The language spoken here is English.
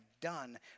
done